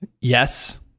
yes